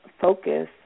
focus